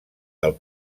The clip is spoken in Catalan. del